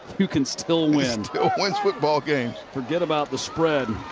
you can still win football games. for get about the spread.